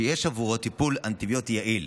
שיש עבורו טיפול אנטיביוטי יעיל.